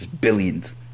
Billions